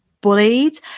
bullied